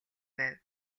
байв